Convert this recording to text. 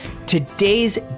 Today's